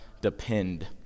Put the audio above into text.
depend